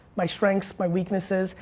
my strengths, my weaknesses,